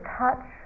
touch